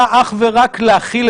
אתה אומר שאם הוא ידביק זה